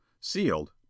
sealed